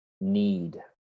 need